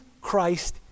Christ